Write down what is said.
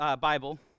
Bible